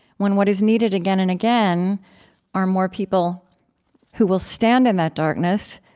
when what is needed again and again are more people who will stand in that darkness,